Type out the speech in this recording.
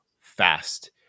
fast